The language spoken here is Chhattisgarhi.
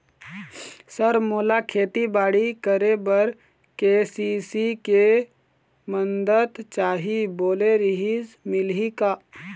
सर मोला खेतीबाड़ी करेबर के.सी.सी के मंदत चाही बोले रीहिस मिलही का?